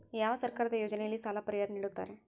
ಯಾವ ಸರ್ಕಾರದ ಯೋಜನೆಯಲ್ಲಿ ಸಾಲ ಪರಿಹಾರ ನೇಡುತ್ತಾರೆ?